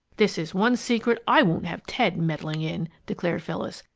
this is one secret i won't have ted meddling in! declared phyllis.